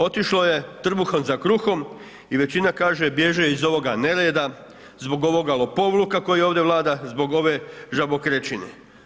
Otišlo je trbuhom za kruhom i većina kaže bježe iz ovoga nereda, zbog ovoga lopovluka koji ovdje vlada, zbog ove žabokrečine.